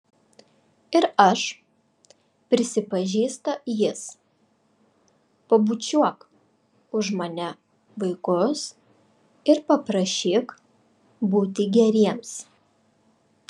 ir aš prisipažįsta jis pabučiuok už mane vaikus ir paprašyk būti geriems